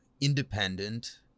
independent